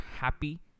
happy